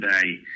today